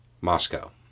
Moscow